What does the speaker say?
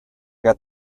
get